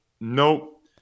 nope